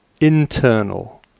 internal